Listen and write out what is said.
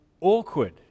awkward